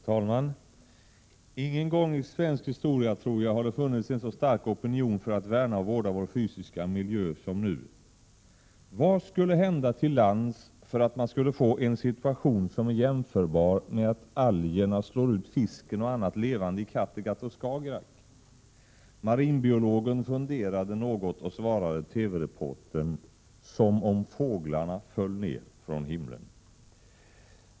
Herr talman! Ingen gång i svensk historia har det funnits en så stark opinion för att värna och vårda vår fysiska miljö som nu. Vad skulle hända till lands för att man skulle få en situation som är jämförbar med att algerna slår ut fisken och annat levande i Kattegatt och Skagerrak? Marinbiologen funderade något och svarade TV-reportern: Som om fåglarna föll ned från himlen.